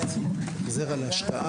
הישיבה ננעלה בשעה